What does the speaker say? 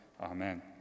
Amen